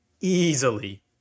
Easily